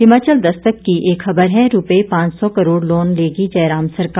हिमाचल दस्तक की एक खबर है रूपये पांच सौ करोड़ लोन लेगी जयराम सरकार